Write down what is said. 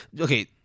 Okay